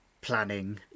planning